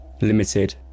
limited